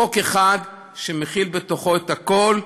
חוק אחד שמכיל בתוכו את הכול,